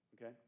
Okay